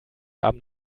abend